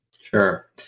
Sure